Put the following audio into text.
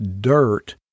dirt